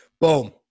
Boom